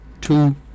two